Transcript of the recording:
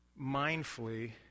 mindfully